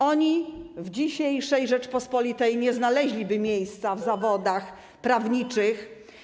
Oni w dzisiejszej Rzeczypospolitej nie znaleźliby miejsca w zawodach prawniczych.